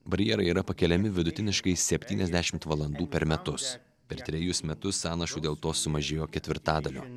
barjerai yra pakeliami vidutiniškai septyniasdešimt valandų per metus per trejus metus sąnašų dėl to sumažėjo ketvirtadaliu